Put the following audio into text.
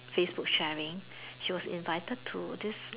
Facebook sharing she was invited to this